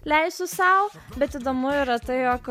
leisiu sau bet įdomu yra tai jog